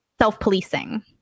self-policing